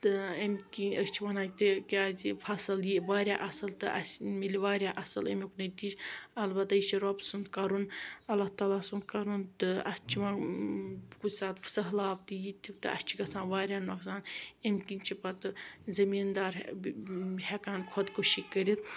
تہٕ اَمہِ کِنۍ أسۍ چھِ ونان تِکیازِ فَصل ییہِ واریاہ اصل تہِ اَسہِ مِلہِ واریاہ اصل اَمیُک نٔتیجہٕ البتاہ یہِ چھُ رۄبہٕ سُند کَرُن اللہ تعلٰی سُند کَرُن تہٕ اَتھ چھُ وۄنۍ کُنہِ ساتہٕ سہلاب تہِ یہِ تہِ تہٕ اَسہِ چھ گَژھان واریاہ نۄقصان أمہ کِن چھِ پَتہٕ زمیندار ہیکان خۄدکُشی کٔرِتھ